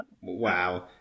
Wow